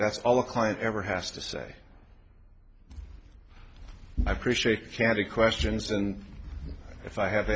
that's all a client ever has to say i appreciate the candid questions and if i have